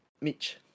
Mitch